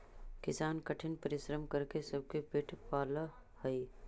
किसान कठिन परिश्रम करके सबके पेट पालऽ हइ